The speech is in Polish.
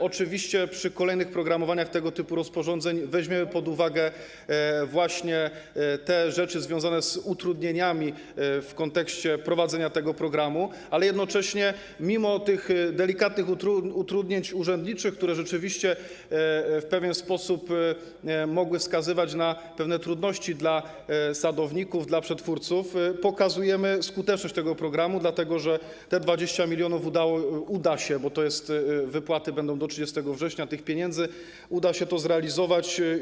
Oczywiście przy kolejnych programowaniach tego typu rozporządzeń weźmiemy pod uwagę właśnie te rzeczy związane z utrudnieniami w kontekście prowadzenia tego programu, ale jednocześnie mimo tych delikatnych utrudnień urzędniczych, które rzeczywiście w pewien sposób mogły wskazywać na pewne trudności dla sadowników, dla przetwórców, pokazujemy skuteczność tego programu, dlatego że te 20 mln uda się zrealizować, bo wypłaty tych pieniędzy będą do 30 września, uda się to zrealizować.